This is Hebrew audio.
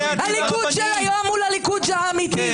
הליכוד של היום מול הליכוד האמיתי.